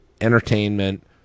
entertainment